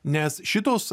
nes šitos